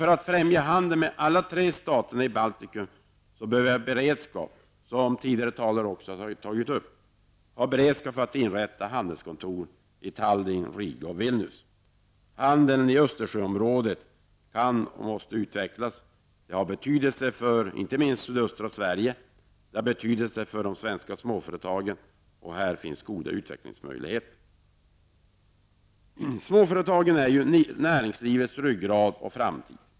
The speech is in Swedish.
För att bättre främja handeln med alla de tre staterna i Baltikum bör vi, som tidigare talare också tagit upp, ha beredskap för att inrätta handelskontor i Tallinn, Riga och Vilnius. Handeln i Östersjöområdet kan och måste utvecklas. Detta har betydelse inte minst för sydöstra Sverige och för de svenska småföretagen. Här finns goda utvecklingsmöjligheter. Småföretagen är näringslivets ryggrad och framtid.